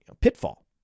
pitfall